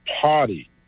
party